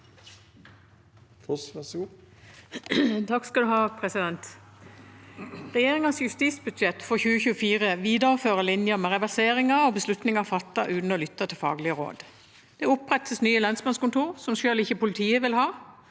Regjeringens justisbud- sjett for 2024 viderefører linja med reverseringer og beslutninger fattet uten å lytte til faglige råd. Det opprettes nye lensmannskontorer som selv ikke politiet vil ha.